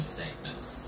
Statements